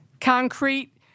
concrete